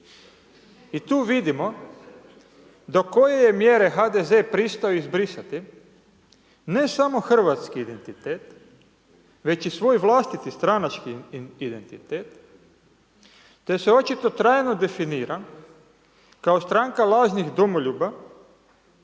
I tu vidimo do koje je mjere HDZ prist'o izbrisati, ne samo hrvatski identitet već i svoj vlastiti stranački identitet, te se očito trajno definira kao stranka lažnih domoljuba